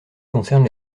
concerne